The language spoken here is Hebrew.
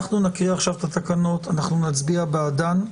אנחנו נקריא עכשיו את התקנות, נצביע בעדן.